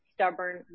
stubborn